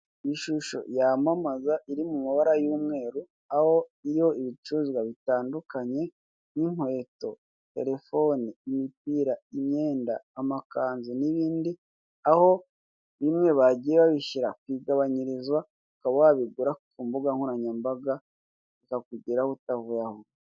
Ishusho yamamaza iri mumamabara y'umweru aho iriho ibicuruzwa bitandukanye: nk'inkweto, telephone, imipira, imyenda, amakanzu nibindi aho bimwe bagiye bashyira kwigabangirizwa ukaba wabigura ku imbuga nkoranyambaga bikakugeraho utavuye aho uri.